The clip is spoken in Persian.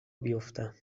بیفتم